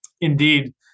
indeed